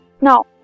now